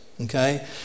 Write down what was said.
okay